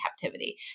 captivity